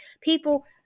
people